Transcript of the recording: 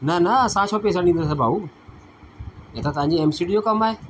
न न असां छो पेसा ॾींदासीं भाउ हे त तव्हांजी एम सी डी जो कमु आहे